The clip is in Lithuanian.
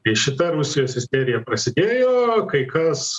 kai šita rusijos isterija prasidėjo kai kas